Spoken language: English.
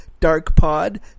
darkpod